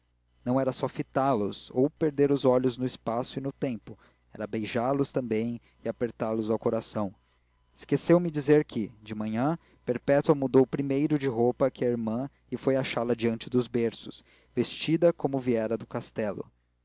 não era só fitá los ou perder os olhos no espaço e no tempo era beijá los também e apertá los ao coração esqueceu me dizer que de manhã perpétua mudou primeiro de roupa que a irmã e foi achá-la diante dos berços vestida como viera do castelo